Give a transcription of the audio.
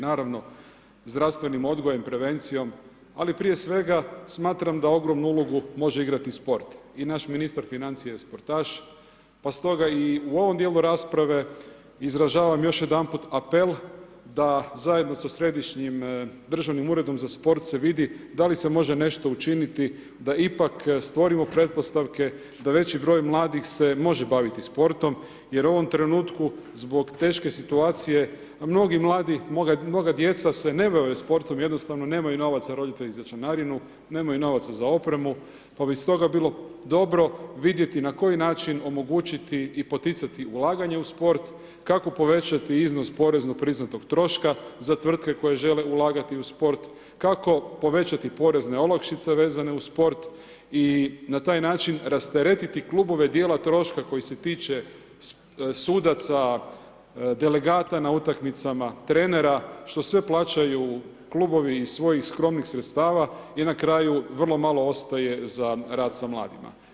Naravno, zdravstvenim odgojem, prevencijom ali prije svega smatram da ogromnu ulogu može igrati sport i naš ministar financija je sportaš pa stoga i u ovom djelu rasprave izražavam još jedanput apel da zajedno sa Središnjim državnim uredom za sport se vidi da li se može nešto učiniti da ipak stvorimo pretpostavke da veći broj mladih se može baviti sportom jer u ovom trenutku zbog teške situacije, mnogi mladi, mnoga djeca se ne bave sportom, jednostavno nemaju novaca roditelji za članarinu, nemaju novaca za opremu pa bi stoga bilo dobro vidjeti na koji način omogućiti i poticati ulaganje u sport, kako povećati iznos porezno priznatog troška za tvrtke koje žele ulagati u sport, kako povećati porezne olakšice vezane uz sport i na taj način rasteretiti klubova djela troška koji se tile sudaca, delegata na utakmicama, trenera, što sve plaćaju klubovi iz svojih skromnih sredstava gdje na kraju vrlo malo ostaje za rad sa mladima.